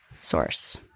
source